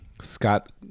Scott